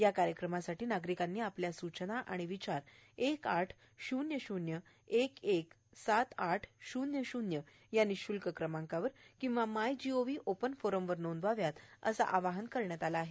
या कार्यक्रमासाठी नागरिकांनी आपल्या सूचना आणि विचार एक आठ शून्य शून्य एक एक सात आठ शुन्य शुन्य या निःशुल्क क्रमांकावर किंवा माय जीओव्ही ओपन फोरमवर नोंदवाव्यात असं आवाहन करण्यात आलं आहे